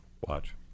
Watch